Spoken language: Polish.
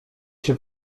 się